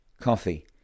coffee